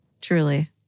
Truly